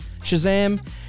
Shazam